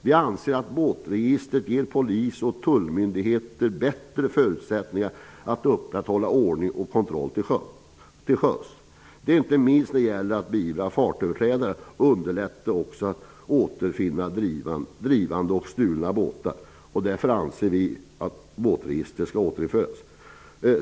Vi anser att båtregistret ger polis och tullmyndigheter bättre förutsättningar att upprätthålla ordning och kontroll till sjöss -- inte minst när det gäller att beivra fartöverträdare. Det underlättar också arbetet med att återfinna drivande och stulna båtar. Därför anser vi att båtregistret skall återinföras.